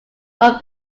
were